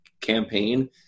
campaign